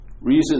Reason